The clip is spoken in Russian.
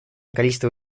количество